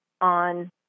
on